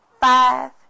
five